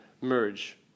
merge